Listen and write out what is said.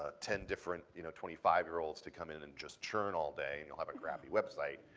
ah ten different you know twenty five year olds to come in and just churn all day and you'll have a crappy website.